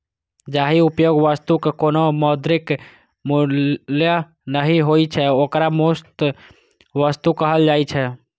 जाहि उपयोगी वस्तुक कोनो मौद्रिक मूल्य नहि होइ छै, ओकरा मुफ्त वस्तु कहल जाइ छै